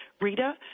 Rita